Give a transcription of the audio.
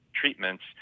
treatments